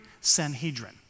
Sanhedrin